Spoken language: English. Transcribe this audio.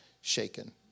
shaken